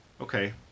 okay